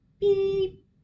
beep